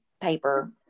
paper